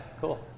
cool